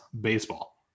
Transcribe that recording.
baseball